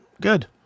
Good